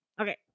Okay